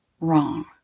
wrong